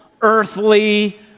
earthly